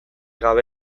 gabe